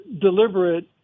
deliberate